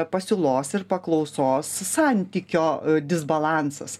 pasiūlos ir paklausos santykio disbalansas